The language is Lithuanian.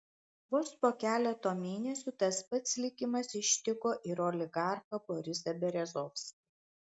vos po keleto mėnesių tas pats likimas ištiko ir oligarchą borisą berezovskį